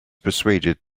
persuaded